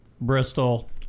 Bristol